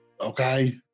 Okay